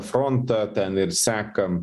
frontą ten ir sekam